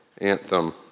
anthem